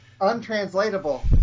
untranslatable